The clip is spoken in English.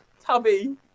tubby